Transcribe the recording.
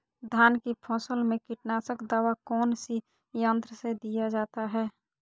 धान की फसल में कीटनाशक दवा कौन सी यंत्र से दिया जाता है?